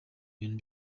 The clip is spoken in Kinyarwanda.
bintu